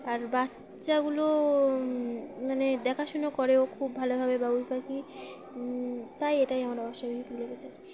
আর বাচ্চাগুলো মানে দেখাশুনো করেও খুব ভালোভাবে বাউই পাখি তাই এটাই আমরা